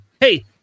hey